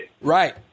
Right